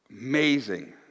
amazing